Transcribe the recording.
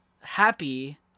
happy